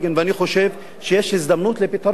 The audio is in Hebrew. ואני חושב שיש הזדמנות לפתרון.